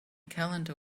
calendar